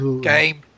Game